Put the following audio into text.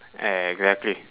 exactly